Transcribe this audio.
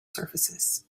surfaces